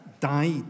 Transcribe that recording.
died